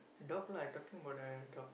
dog lah I talking about uh dog